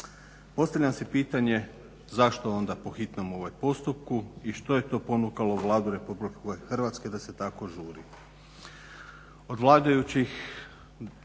Postavlja se pitanje zašto onda po hitnom postupku i što je ponukalo Vladu Republike Hrvatske da se tako žuri.